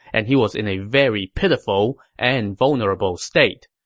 and he was in a very pitiful and vulnerable state.